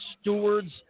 steward's